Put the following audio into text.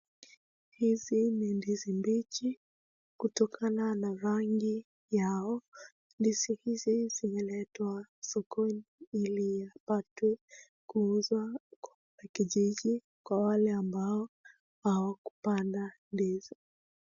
Hizi ni ndizi mbichi kutokana na rangi yao. Ndizi hizi zimeletwa sokoni ili ipatwe kuuzwa kwa kijiji kwa wale ambao hawakupanda ndizi.